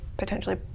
potentially